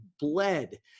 bled